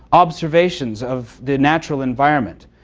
observations, of the natural environment,